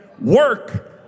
work